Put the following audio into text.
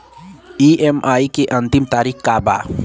EMI के अंतिम तारीख का बा?